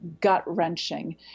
gut-wrenching